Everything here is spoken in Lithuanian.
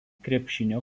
krepšinio